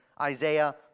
Isaiah